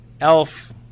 Elf